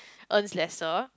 earns lesser